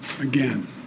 again